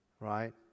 right